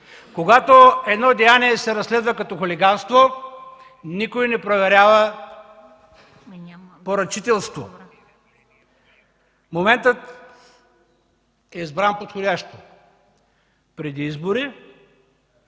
Когато едно деяние се разследва като „хулиганство”, никой не проверява поръчителство. Моментът е избран подходящо – преди избори,